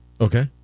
Okay